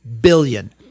billion